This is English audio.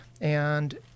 and-